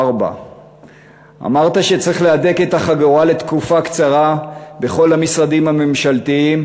4. אמרת שצריך להדק את החגורה לתקופה קצרה בכל המשרדים הממשלתיים,